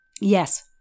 Yes